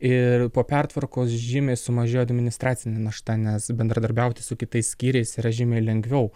ir po pertvarkos žymiai sumažėjo administracinė našta nes bendradarbiauti su kitais skyriais yra žymiai lengviau